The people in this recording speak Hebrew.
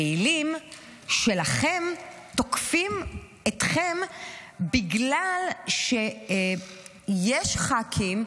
הפעילים שלכם תוקפים אתכם בגלל שיש ח"כים,